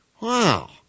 Wow